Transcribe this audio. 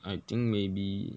I think maybe uh